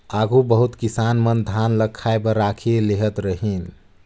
आघु बहुत किसान मन धान ल खाए बर राखिए लेहत रहिन